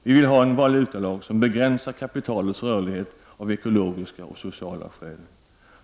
Vi vill ha en valutalag som begränsar kapitalets rörlighet av ekologiska och sociala skäl.